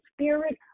Spirit